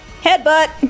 Headbutt